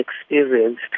experienced